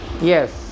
Yes